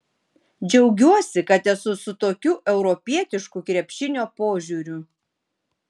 džiaugiuosi kad esu su tokiu europietišku krepšinio požiūriu